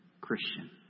Christian